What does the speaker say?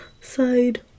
side